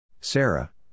Sarah